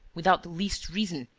without the least reason,